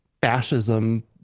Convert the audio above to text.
fascism